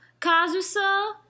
Kazusa